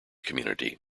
community